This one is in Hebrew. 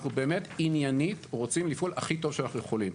אנחנו באמת עניינית רוצים לפעול הכי טוב שאנחנו יכולים.